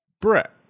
Brett